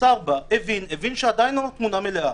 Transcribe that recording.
השר הבין שהתמונה עדיין לא מלאה.